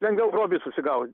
lengviau grobį susigaut